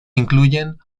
incluyen